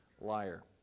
liar